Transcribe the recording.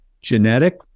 genetic